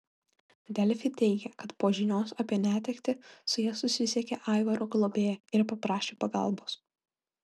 delfi teigė kad po žinios apie netektį su ja susisiekė aivaro globėja ir paprašė pagalbos